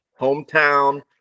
hometown